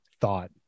thought